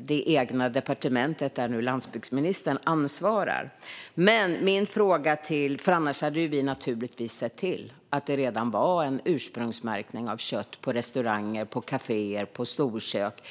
det egna departementet, som Peter Kullgren nu ansvarar för, att det behövdes en anmälan för att klara av detta. Annars hade vi naturligtvis sett till att det redan funnits ursprungsmärkning av kött på restauranger, kaféer och storkök.